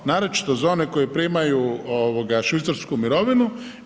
Naročito za one koji primaju švicarsku mirovinu.